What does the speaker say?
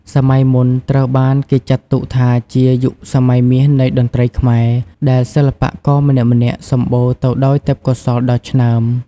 សម័យមុនត្រូវបានគេចាត់ទុកថាជាយុគសម័យមាសនៃតន្ត្រីខ្មែរ ដែលសិល្បករម្នាក់ៗសម្បូរទៅដោយទេពកោសល្យដ៏ឆ្នើម។